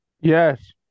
Yes